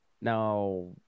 now